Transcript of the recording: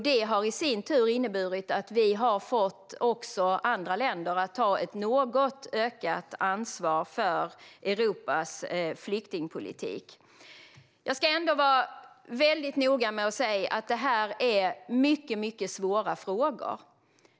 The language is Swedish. Det har i sin tur inneburit att vi har fått andra länder att ta ett något ökat ansvar för Europas flyktingpolitik. Jag ska vara mycket noga med att säga att detta är mycket svåra frågor.